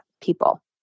people